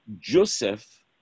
joseph